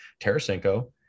Tarasenko